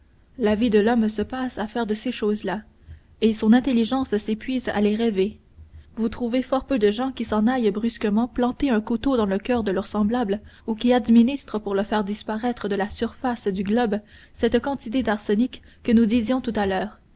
la vie de l'homme se passe à faire de ces choses-là et son intelligence s'épuise à les rêver vous trouvez fort peu de gens qui s'en aillent brutalement planter un couteau dans le coeur de leur semblable ou qui administrent pour le faire disparaître de la surface du globe cette quantité d'arsenic que nous disions tout à l'heure